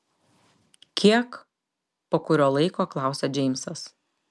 kiek po kurio laiko klausia džeimsas